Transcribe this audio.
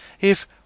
if